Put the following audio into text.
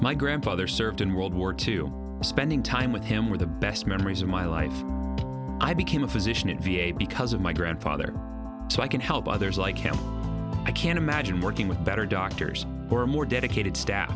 my grandfather served in world war two spending time with him were the best memories of my life i became a physician in v a because of my grandfather so i can help others like him i can't imagine working with better doctors or more dedicated staff